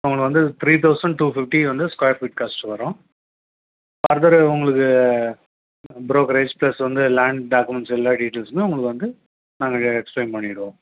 உங்களுக்கு வந்து three thousand two fifty வந்து ஸ்கொயர் ஃபீட் காஸ்ட் வரும் ஃபர்தரு உங்களுக்கு ப்ரோக்கரேஜ் ப்ளஸ் வந்து லேண்ட் டாக்குமெண்ட்ஸ் எல்லா டீட்டெயில்ஸுமே உங்களுக்கு வந்து நாங்கள் எக்ஸ்பிளைன் பண்ணிவிடுவோம்